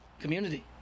community